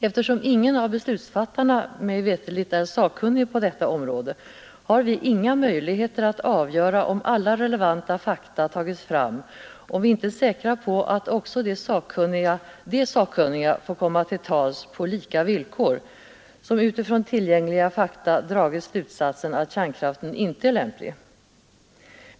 Eftersom ingen av beslutsfattarna mig veterligt är sakkunnig på detta område har vi inga möjligheter att avgöra om alla relevanta fakta tagits fram, om vi inte är säkra på att också de sakkunniga får komma till tals på lika villkor som utifrån tillgängliga fakta dragit slutsatsen att kärnkraften inte är lämplig.